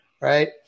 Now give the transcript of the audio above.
Right